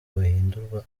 bahindurwa